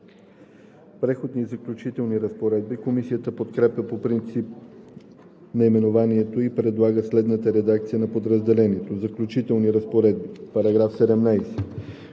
„Преходни и заключителни разпоредби“. Комисията подкрепя по принцип наименованието и предлага следната редакция на подразделението: „Заключителни разпоредби“ Комисията